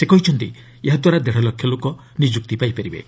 ସେ କହିଛନ୍ତି ଏହାଦ୍ୱାରା ଦେଢ଼ଲକ୍ଷ ଲୋକ ନିଯୁକ୍ତି ପାଇବେ